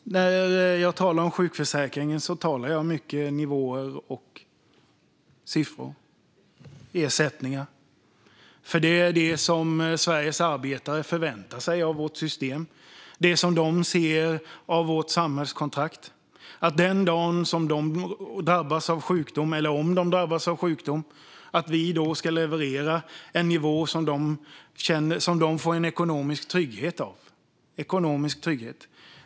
Fru talman! När jag talar om sjukförsäkringen talar jag mycket om nivåer, siffror och ersättningar. Det är det som Sveriges arbetare förväntar sig av vårt system, det som de ser av vårt samhällskontrakt. Den dag de drabbas av sjukdom ska vi leverera en nivå som ger dem ekonomisk trygghet.